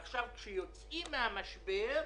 עכשיו כשיוצאים מהמשבר,